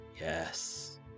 Yes